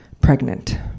Pregnant